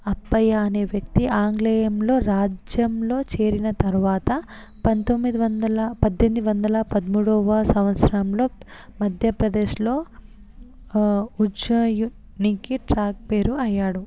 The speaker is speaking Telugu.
అప్పయ్య అనే వ్యక్తి ఆంగ్లేయంలో రాజ్యంలో చేరిన తర్వాత పంతొమ్మిది వందల పద్దెనిమిది వందల పదమూడవ సంవత్సరంలో మధ్యప్రదేశ్లో ఉజ్జయినికి చాక్ పేరు అయ్యాడు